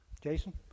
Jason